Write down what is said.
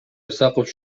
исаков